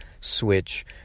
switch